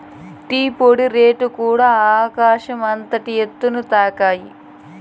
tea పొడి రేట్లుకూడ ఆకాశం అంతటి ఎత్తుని తాకాయి